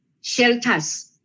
shelters